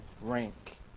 rank